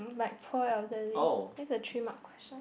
like poor elderly that's a three mark question